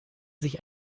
sich